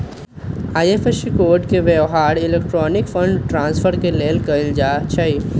IFSC code के व्यव्हार electronic fund transfer के लेल कएल जाइ छइ